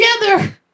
together